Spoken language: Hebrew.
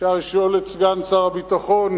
אפשר לשאול את סגן שר הביטחון,